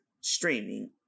streaming